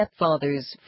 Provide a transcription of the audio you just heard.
stepfathers